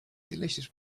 delicious